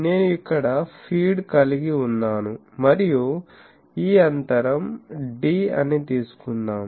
నేను ఇక్కడ ఫీడ్ కలిగి ఉన్నాను మరియు ఈ అంతరం 'd' అని తీసుకుందాం